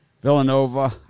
Villanova